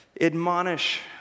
admonish